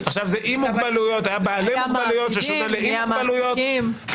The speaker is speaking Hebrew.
"בעלי מוגבלויות" וזה שונה ל"עם מוגבלויות".